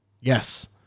Yes